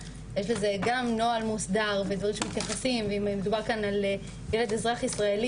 יש לזה גם נוהל מוסדר ואם מדובר כאן על ילד אזרח ישראלי